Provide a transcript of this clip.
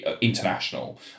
international